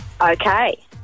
Okay